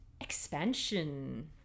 expansion